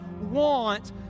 want